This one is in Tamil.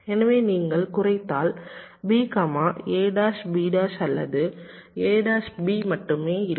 எனவே நீங்கள் குறைத்தால் அல்லது மட்டுமே இருக்கும்